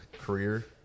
career